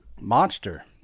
monster